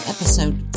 Episode